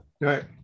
Right